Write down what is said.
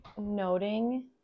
noting